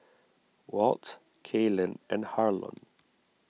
Walt Kaylan and Harlon